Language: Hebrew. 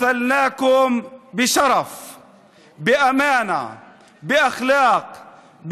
אנו אומרים לכם לפני סיום הכנסת הזאת: אנחנו,